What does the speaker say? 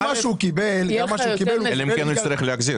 גם מה שהוא קיבל --- אלא אם כן הוא יצטרך להחזיר.